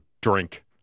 drink